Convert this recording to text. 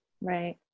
right